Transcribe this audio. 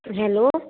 hello